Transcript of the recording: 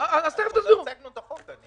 עוד לא הצגנו את החוק עדיין.